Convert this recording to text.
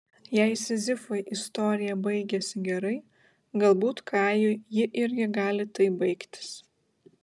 jei sizifui istorija baigėsi gerai galbūt kajui ji irgi gali taip baigtis